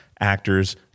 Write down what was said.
actors